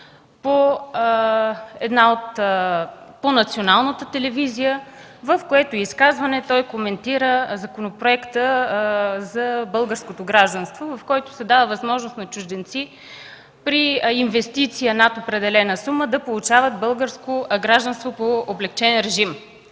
Димитров по Националната телевизия, в което изказване той коментира Законопроекта за българското гражданство, с който се дава възможност на чужденци при инвестиция над определена сума да получават българско гражданство по облекчен режим.